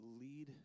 lead